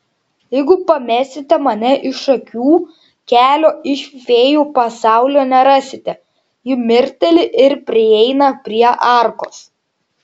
jeigu pamesite mane iš akių kelio iš fėjų pasaulio nerasite ji mirkteli ir prieina prie arkos